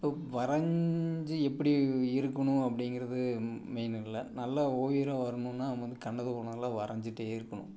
இப்போ வரஞ்சி எப்படி இருக்கணும் அப்படிங்கிறது மெயின் இல்லை நல்ல ஓவியராக வரணும்னா நம்ம வந்து கண்டது உன்னதுலாம் வரைஞ்சிகிட்டே இருக்கணும்